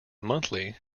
monthly